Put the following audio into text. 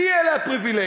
מי אלה הפריבילגים?